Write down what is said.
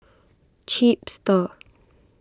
chipster